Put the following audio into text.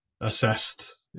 assessed